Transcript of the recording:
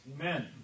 Amen